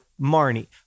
Marnie